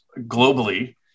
globally